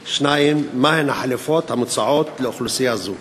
2. מהן החלופות המוצעות לאוכלוסייה זו?